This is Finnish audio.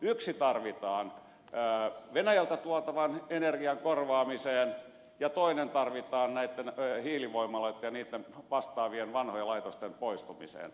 yksi tarvitaan venäjältä tuotavan energian korvaamiseen ja toinen tarvitaan näitten hiilivoimaloitten ja vastaavien vanhojen laitosten poistumiseen